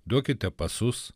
duokite pasus